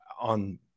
on